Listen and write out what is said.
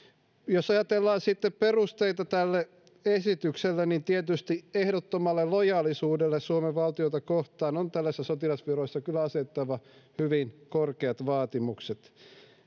jos ajatellaan sitten perusteita tälle esitykselle niin tietysti ehdottomalle lojaalisuudelle suomen valtiota kohtaan on tällaisissa sotilasviroissa kyllä asetettava hyvin korkeat vaatimukset